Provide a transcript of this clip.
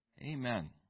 Amen